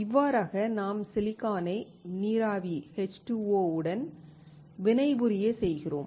இவ்வாறாக நாம் சிலிக்கானை நீராவி உடன் வினைபுரிய செய்கிறோம்